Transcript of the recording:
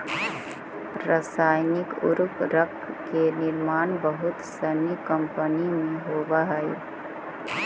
रसायनिक उर्वरक के निर्माण बहुत सनी कम्पनी में होवऽ हई